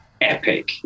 epic